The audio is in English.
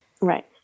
Right